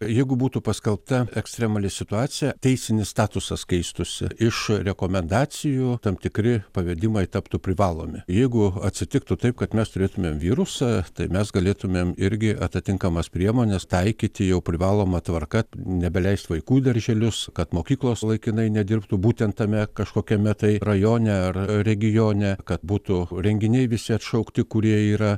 jeigu būtų paskelbta ekstremali situacija teisinis statusas keistųsi iš rekomendacijų tam tikri pavedimai taptų privalomi jeigu atsitiktų taip kad mes turėtumėm virusą tai mes galėtumėm irgi atitinkamas priemones taikyti jau privaloma tvarka nebeleist į vaikų darželius kad mokyklos laikinai nedirbtų būtent tame kažkokiame tai rajone ar regione kad būtų renginiai visi atšaukti kurie yra